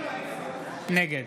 נגד